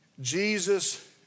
Jesus